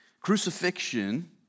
Crucifixion